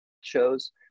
shows